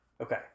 okay